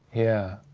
yeah.